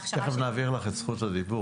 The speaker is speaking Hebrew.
תכף נעביר לך את זכות הדיבור.